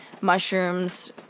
mushrooms